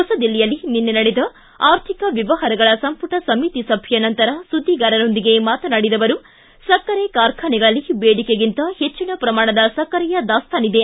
ಹೊಸದಿಲ್ಲಿಯಲ್ಲಿ ನಿನ್ನೆ ನಡೆದ ಆರ್ಥಿಕ ವ್ಯವಹಾರಗಳ ಸಂಪುಟ ಸಮಿತಿ ಸಭೆಯ ನಂತರ ಸುದ್ದಿಗಾರರೊಂದಿಗೆ ಮಾತನಾಡಿದ ಅವರು ಸಕ್ಕರೆ ಕಾರ್ಖಾನೆಗಳಲ್ಲಿ ದೇಡಿಕೆಗಿಂತ ಹೆಚ್ಚಿನ ಪ್ರಮಾಣದ ಸಕ್ಕರೆಯ ದಾಸ್ತಾನಿದೆ